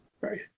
right